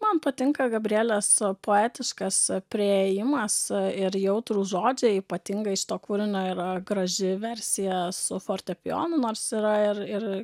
man patinka gabrielės poetiškas priėjimas ir jautrūs žodžiai ypatingai šito kūrinio yra graži versija su fortepijonu nors yra ir ir